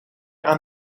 aan